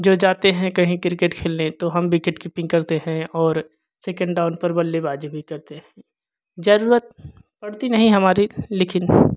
जो जाते है कही क्रिकेट खेलने तो हम विकेट किप्पिंग करते हैं और सेकंड राउंड पर बल्लेबाज़ी भी करते हैं जरूरत पड़ती नहीं हमारी लेकिन